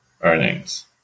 earnings